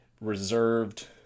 reserved